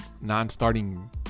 non-starting